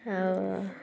ଆଉ